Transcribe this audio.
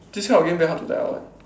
this type of game very hard to die out [one]